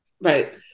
right